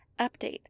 update